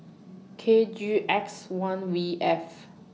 K G X one V F